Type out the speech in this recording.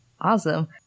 Awesome